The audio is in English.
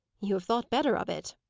you have thought better of it.